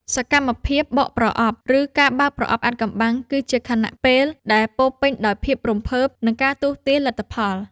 សកម្មភាពបកប្រអប់ ឬការបើកប្រអប់អាថ៌កំបាំង គឺជាខណៈពេលដែលពោរពេញដោយភាពរំភើប និងការទស្សន៍ទាយលទ្ធផល។